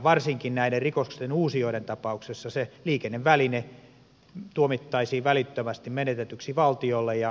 varsinkin näiden rikoksen uusijoiden tapauksessa se liikenneväline tuomittaisiin välittömästi menetetyksi valtiolle